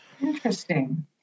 Interesting